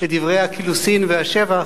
לדברי הקילוסין והשבח,